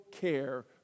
care